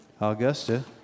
Augusta